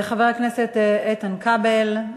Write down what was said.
חבר הכנסת איתן כבל,